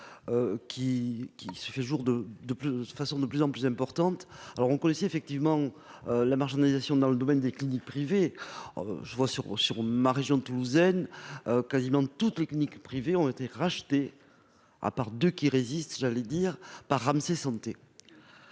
qui se fait jour de de plus de façon de plus en plus importante, alors on connaissait effectivement la marginalisation dans le domaine des cliniques privées, je vois sur sur ma région toulousaine quasiment toutes les cliniques privées ont été rachetés à part de qui résistent, j'allais dire par Ramsay Santé